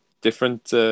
different